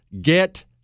Get